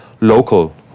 local